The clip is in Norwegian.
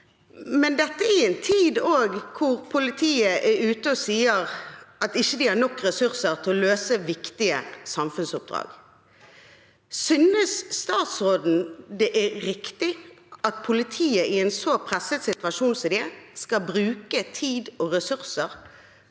det. Dette er i en tid da politiet er ute og sier at de ikke har nok ressurser til å løse viktige samfunnsoppdrag. Synes statsråden det er riktig at politiet i en så presset situasjon som de er i, skal bruke tid og ressurser